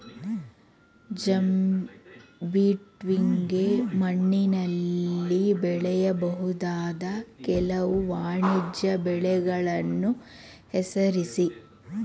ಜಂಬಿಟ್ಟಿಗೆ ಮಣ್ಣಿನಲ್ಲಿ ಬೆಳೆಯಬಹುದಾದ ಕೆಲವು ವಾಣಿಜ್ಯ ಬೆಳೆಗಳನ್ನು ಹೆಸರಿಸಿ?